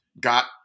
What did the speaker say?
got